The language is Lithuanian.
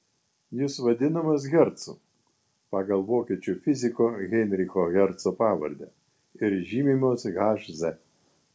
jis vadinamas hercu pagal vokiečių fiziko heinricho herco pavardę ir žymimas hz